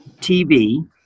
TV